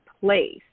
place